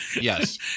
Yes